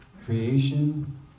creation